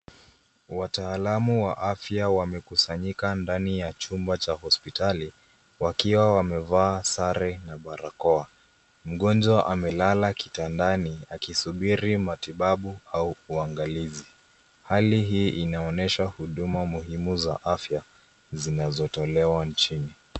Wataalam wa afya wamekusanyika ndani ya chumba cha hospitali wakiwa wamevaa sare na barakoa. Mgonjwa amelala kitandani akisubiri matibabu au uangalizi. Hali hii inaonyesha huduma muhimu za afya zinazotolewa nchini.